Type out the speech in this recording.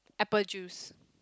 apple juice